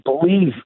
believe